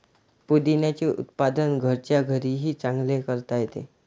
पुदिन्याचे उत्पादन घरच्या घरीही चांगले करता येते